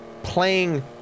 Playing